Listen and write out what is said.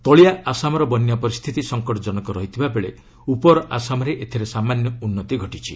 ତଳିଆ ଆସାମ୍ର ବନ୍ୟା ପରିସ୍ଥତି ସଙ୍କଟଜନକ ରହିଥିବାବେଳେ ଉପର ଆସାମ୍ରେ ଏଥିରେ ସାମାନ୍ୟ ଉନ୍ନତି ଘଟିଛି